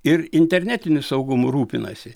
ir internetiniu saugumu rūpinasi